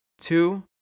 two